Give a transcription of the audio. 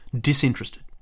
disinterested